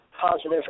positive